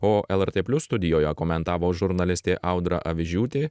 o lrt plius studijoje komentavo žurnalistė audra avižiūtė